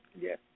Yes